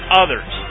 others